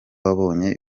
wabonye